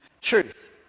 truth